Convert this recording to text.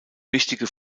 wichtige